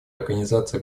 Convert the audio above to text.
организации